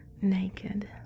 Naked